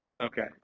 Okay